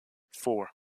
four